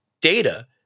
data-